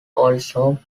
also